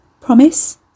Promise